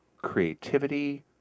creativity